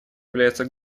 является